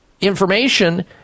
information